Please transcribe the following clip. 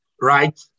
Right